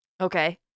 Okay